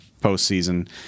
postseason